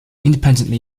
independently